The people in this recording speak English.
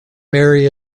mary